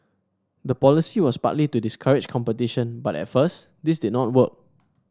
the policy was partly to discourage competition but at first this did not work